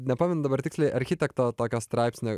nepamenu dabar tiksliai architekto tokio straipsnio